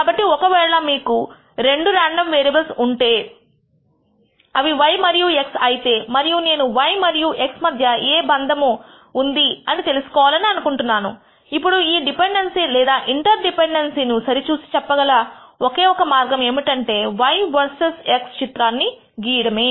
కాబట్టి ఒక వేళ మీకు రెండు రాండమ్ వేరియబుల్స్ ఉంటే అవి y మరియు x అయితే మరియు నేను y మరియు x మధ్య ఏ సంబంధము సంబంధం ఉంది అని తెలుసుకోవాలి అని అనుకుంటున్నాను అప్పుడు ఈ డిపెండెన్సీ లేదా ఇంటర్డిపెండెన్సీ ను సరి చూసి చెప్పగల ఒక మార్గం ఏమిటంటే y వర్సెస్ x చిత్రాన్ని గీయడమే